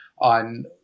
on